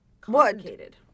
complicated